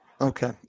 okay